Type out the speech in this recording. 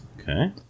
okay